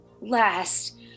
last